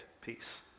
peace